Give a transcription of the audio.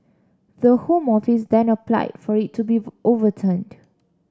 the Home Office then applied for it to be overturned